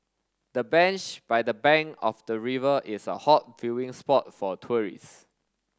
the bench by the bank of the river is a hot viewing spot for tourists